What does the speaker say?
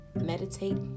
meditate